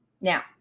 now